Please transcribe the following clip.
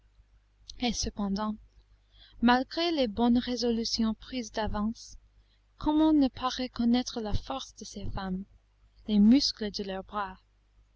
et cependant malgré les bonnes résolutions prises d'avance comment ne pas reconnaître la force de ces femmes les muscles de leur bras